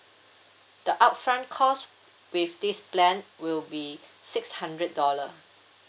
the upfront cost with this plan will be six hundred dollar